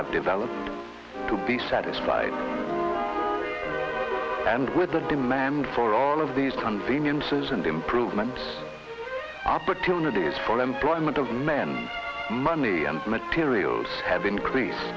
have developed to be satisfied and with the demand for all of these conveniences and improvement opportunities for employment of men money and materials have increase